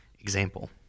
example